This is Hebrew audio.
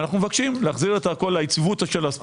ואנחנו מבקשים להחזיר את הכול ליציבות של הספורט.